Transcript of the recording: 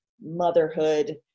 motherhood